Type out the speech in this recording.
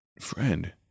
friend